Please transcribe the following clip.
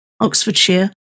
Oxfordshire